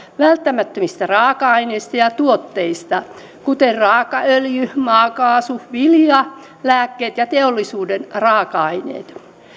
välttämättömistä raaka aineista ja tuotteista kuten raakaöljystä maakaasusta viljasta lääkkeistä ja teollisuuden raaka aineista